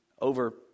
over